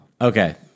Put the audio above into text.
Okay